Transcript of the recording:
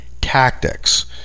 tactics